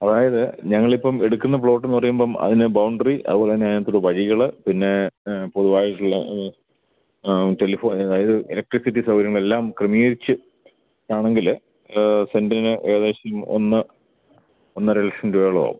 അതായത് ഞങ്ങളിപ്പം എടുക്കുന്ന പ്ലോട്ട്ന്ന് പറയുമ്പം അതിന് ബൗണ്ടറി അതുപോലെ തന്നെ അതിനകത്തുള്ള വഴികൾ പിന്നെ പുതുതായിട്ടുള്ള ടെലിഫോ അതായത് എലക്ട്രിസിറ്റി സൗകര്യങ്ങളെല്ലാം ക്രമീകരിച്ച് ആണെങ്കിൽ സെൻ്റിന് ഏകദേശം ഒന്ന് ഒന്നര ലക്ഷം രൂപയോളാവും